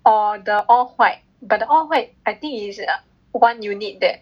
or the all white but the all white I think is err one unit that